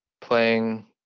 playing